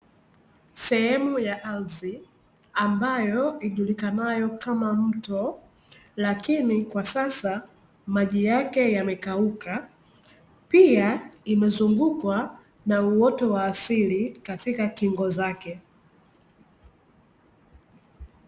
Sehemu ya ardhi ambayo ijulikanayo kama mto lakini kwa sasa maji yake yamekauka. Pia imezungukwa na uwoto wa asili katika kingo zake.